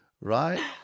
Right